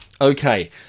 okay